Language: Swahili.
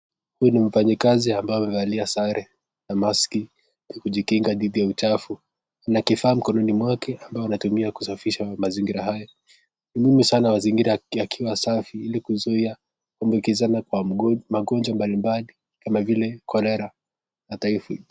Huyu ni mfanyikazi ambaye amevalia sare na maski ya kujichunga dhidi ya uchafu. Kuna kifaa mkononi mwake ambaye anatumia kusafisha mazingira hayo. Ni muhimu sana mazingira kua safi ili kuzuia maambukizi ya Cholera ama Typhoid.